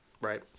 right